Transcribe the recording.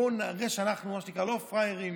בואו נראה שאנחנו לא פראיירים,